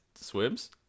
swims